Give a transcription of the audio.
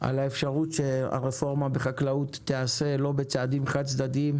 על האפשרות שהרפורמה בחקלאות תעשה לא בצעדים חד-צדדיים,